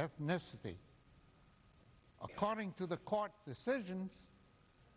ethnicity according to the court decision